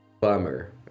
Bummer